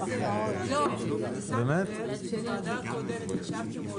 שיניתם את הנוסח.